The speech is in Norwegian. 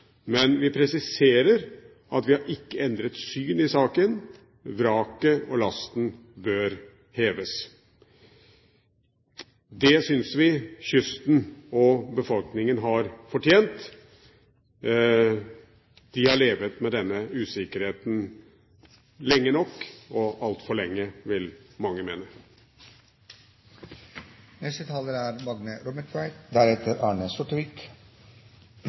Men vi presiserer at vi har ikke endret syn i saken: Vraket og lasten bør heves. Det synes vi kysten og befolkningen har fortjent. De har levd med denne usikkerheten lenge nok – og altfor lenge, vil mange mene.